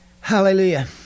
Hallelujah